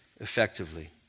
effectively